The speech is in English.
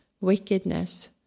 wickedness